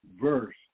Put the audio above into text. verse